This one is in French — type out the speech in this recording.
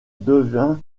devint